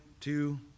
two